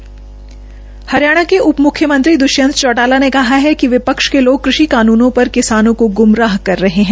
हरियाणा के उप मुख्यमंत्री दुश्यंत चौटाला ने कहा है कि विपक्ष के लोग कृषि कानूनों पर किसानों को गुमराह कर रहे हैं